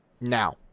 Now